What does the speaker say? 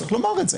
צריך לומר את זה.